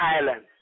island